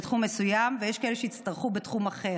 בתחום מסוים, ויש כאלה שיצטרכו זאת בתחום האחר.